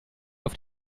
auf